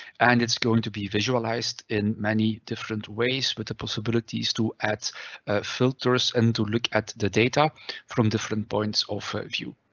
and it's going to be visualized in many different ways with but the possibilities to add filters and to look at the data from different points of view.